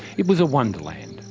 it was a wonderland.